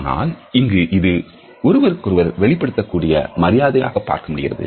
ஆனால் இங்கு இது ஒருவருக்கொருவர் வெளிப்படுத்தக்கூடிய மரியாதையாக பார்க்க முடிகிறது